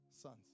sons